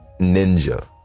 Ninja